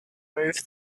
move